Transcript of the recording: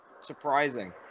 Surprising